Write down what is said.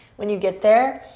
when you get there,